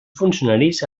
funcionaris